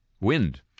wind